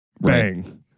Bang